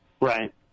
Right